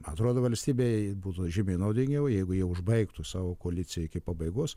atrodo valstybei būtų žymiai naudingiau jeigu jie užbaigtų savo koaliciją iki pabaigos